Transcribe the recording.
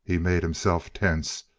he made himself tense,